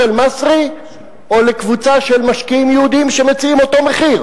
אל-מצרי או לקבוצה של משקיעים יהודים שמציעים אותו מחיר,